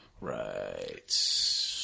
Right